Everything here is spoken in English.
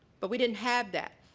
but we didn't have that,